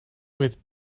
with